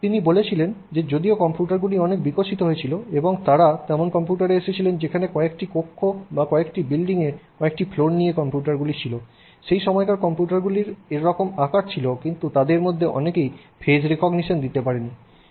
তিনি বলেছিলে যে যদিও কম্পিউটারগুলি তখন অনেক বিকশিত হয়েছিল এবং তারা এমন কম্পিউটারে এসেছিলেন যেখানে কয়েকটি কক্ষ বা কোনও বিল্ডিংয়ের কয়েকটি ফ্লোর নিয়ে কম্পিউটারগুলি ছিল সেই সময়কার কম্পিউটারগুলির এরকম আকার ছিল কিন্তু তাদের মধ্যে অনেকেই ফেস রিকগনিশন দিতে পারেনি